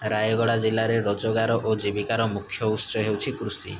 ରାୟଗଡ଼ା ଜିଲ୍ଲାରେ ରୋଜଗାର ଓ ଜୀବିକାର ମୁଖ୍ୟ ଉତ୍ସ ହେଉଛି କୃଷି